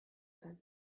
zen